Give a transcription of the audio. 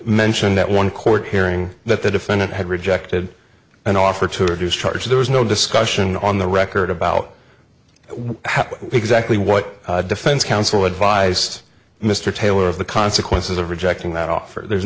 mentioned that one court hearing that the defendant had rejected an offer to reduce charge there was no discussion on the record about what happened exactly what defense counsel advised mr taylor of the consequences of rejecting that offer there's